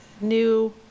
new